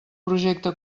projecte